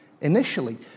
initially